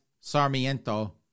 Sarmiento